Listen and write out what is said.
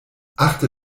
achte